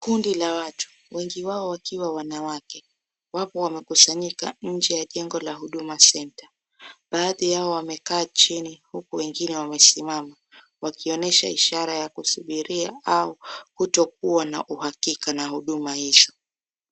Kundi la watu. Wengi wao wakiwa wanawake. wapo wamekusanyika nje ya jengo la (cs)huduma centre (cs).Baadhi yao wamekaa chini, huku wengine wamesimama .wakionyesha ishara ya kusubiria au kutokuwa na uhakika na huduma hizo.